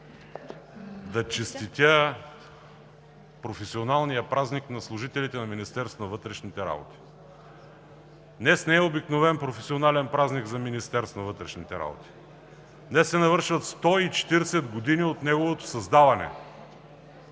да честитя професионалния празник на служителите на Министерството на вътрешните работи. Днес не е обикновен професионален празник за Министерството на вътрешните работи – днес се навършват 140 години от неговото създаване.